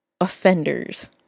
offenders